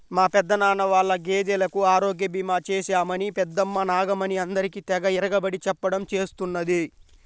మా పెదనాన్న వాళ్ళ గేదెలకు ఆరోగ్య భీమా చేశామని పెద్దమ్మ నాగమణి అందరికీ తెగ ఇరగబడి చెప్పడం చేస్తున్నది